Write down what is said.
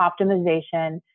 optimization